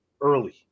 early